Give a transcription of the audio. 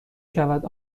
شود